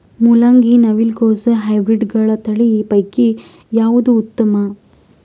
ಮೊಲಂಗಿ, ನವಿಲು ಕೊಸ ಹೈಬ್ರಿಡ್ಗಳ ತಳಿ ಪೈಕಿ ಯಾವದು ಉತ್ತಮ?